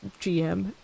GM